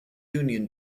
union